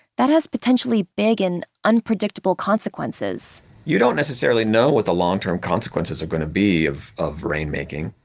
that has potentially big and unpredictable consequences you don't necessarily know what the longterm consequences are going to be of of rainmaking,